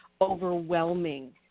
overwhelming